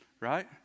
right